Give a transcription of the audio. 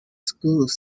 schools